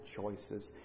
choices